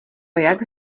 jak